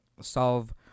solve